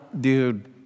dude